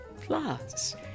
Plus